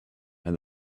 and